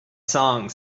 song